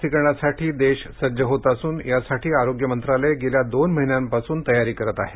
लसीकरणासाठी देश सज्ज होत असून यासाठी आरोग्य मंत्रालय गेल्या दोन महिन्यांपासून तयारी करत आहे